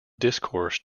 discourse